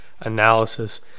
analysis